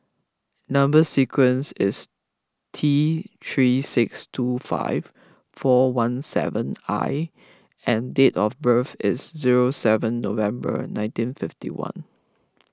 Number Sequence is T three six two five four one seven I and date of birth is zero seven November nineteen fifty one